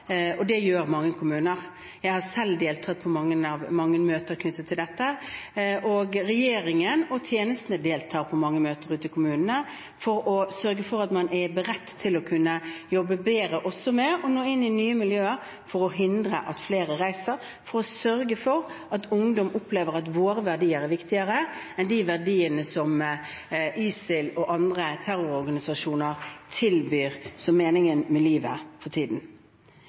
og det gjør mange kommuner. Jeg har selv deltatt på mange møter knyttet til dette, og regjeringen og tjenestene deltar på mange møter ute i kommunene for å sørge for at man er beredt til å jobbe bedre også med å nå nye miljøer for å hindre at flere reiser, for å sørge for at ungdom opplever at våre verdier er viktigere enn de verdiene som ISIL og andre terrororganisasjoner tilbyr som meningen med livet, for tiden.